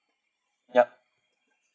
yup